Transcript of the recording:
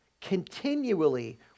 continually